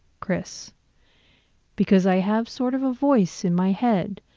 chris because i have sort of a voice in my head,